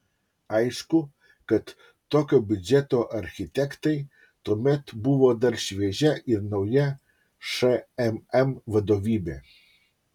aišku kad tokio biudžeto architektai tuomet buvo dar šviežia ir nauja šmm vadovybė